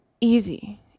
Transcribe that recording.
easy